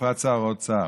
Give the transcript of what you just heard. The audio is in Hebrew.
בפרט שר האוצר.